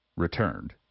returned